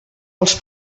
els